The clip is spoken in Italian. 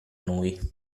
noi